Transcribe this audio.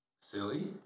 Silly